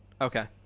Okay